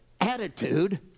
attitude